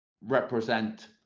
represent